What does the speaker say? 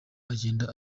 agenda